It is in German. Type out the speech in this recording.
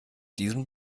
diesem